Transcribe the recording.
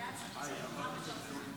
התשפ"ד 2024 עברה,